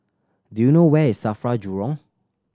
do you know where is SAFRA Jurong